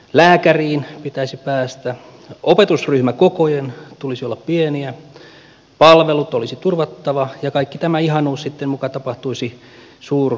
lääkäriin pitäisi päästä opetusryhmäkokojen tulisi olla pieniä palvelut olisi turvattava ja kaikki tämä ihanuus sitten muka tapahtuisi suurkunnissa